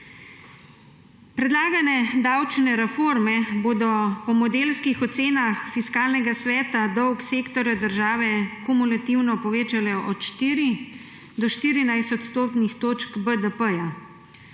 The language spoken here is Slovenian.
Predlagane davčne reforme bodo po modelskih ocenah Fiskalnega sveta dolg sektorja država kumulativno povečale za od 4 do 14 odstotnih točk BDP.